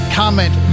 comment